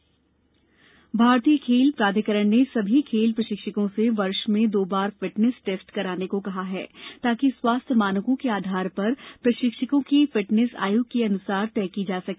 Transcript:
खेल प्राधिकरण भारतीय खेल प्राधिकरण ने सभी खेल प्रशिक्षकों से वर्ष में दो बार फिटनेस टेस्ट कराने को कहा है ताकि स्वास्थ्य मानकों के आधार पर प्रशिक्षकों की फिटनेस आय् के अनुसार तय की जा सके